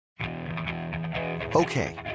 Okay